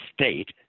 state